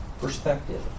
Perspective